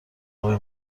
هوای